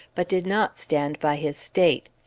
but did not stand by his state.